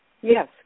Yes